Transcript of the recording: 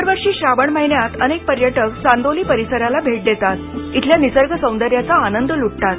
दरवर्षी श्रावण महिन्यात अनेक पर्यटक चांदोली परिसराला भेट देतात इथल्या निसर्ग सौंदर्याचा आनंद लुटतात